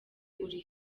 uri